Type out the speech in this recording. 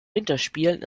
winterspielen